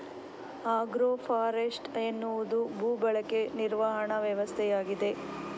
agro forestry ಎನ್ನುವುದು ಭೂ ಬಳಕೆ ನಿರ್ವಹಣಾ ವ್ಯವಸ್ಥೆಯಾಗಿದೆ